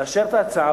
לאשר את ההצעה,